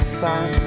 sun